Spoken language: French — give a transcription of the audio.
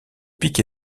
pic